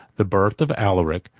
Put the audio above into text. the birth of alaric,